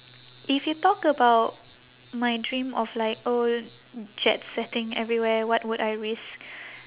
if you talk about my dream of like oh jet setting everywhere what would I risk